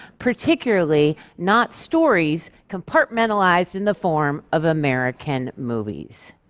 particularly not stories compartmentalized in the form of american movies.